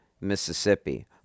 Mississippi